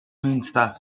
münster